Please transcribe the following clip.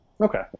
Okay